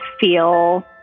feel